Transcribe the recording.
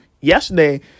yesterday